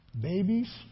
Babies